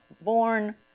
born